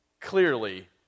clearly